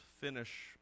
finish